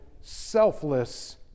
selfless